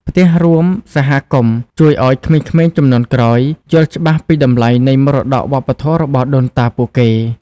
ផ្ទះរួមសហគមន៍ជួយឲ្យ ក្មេងៗជំនាន់ក្រោយ យល់ច្បាស់ពីតម្លៃនៃមរតកវប្បធម៌របស់ដូនតាពួកគេ។